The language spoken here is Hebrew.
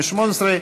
התשע"ח 2018,